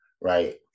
Right